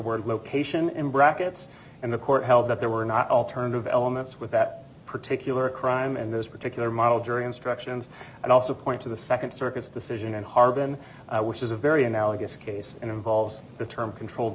word location and brackets and the court held that there were not alternative elements with that particular crime and those particular model jury instructions and also point to the second circuit's decision and harben which is a very analogous case and involves the term controlled